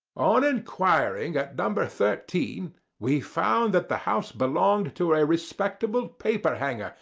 on inquiring at number thirteen we found that the house belonged to a respectable paperhanger,